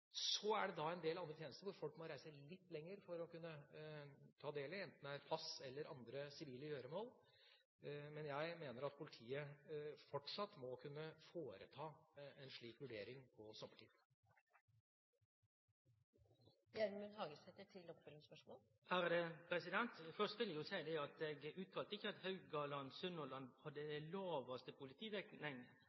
Så er det en del andre tjenester som folk må reise litt lenger for å kunne få, enten det er pass, eller det gjelder andre sivile gjøremål. Men jeg mener at politiet fortsatt må kunne foreta en slik vurdering på sommertid. Først vil eg seie at eg ikkje uttalte at Haugaland og Sunnhordland hadde den lågaste politidekninga. Om justisministeren hadde